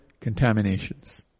contaminations